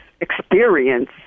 experience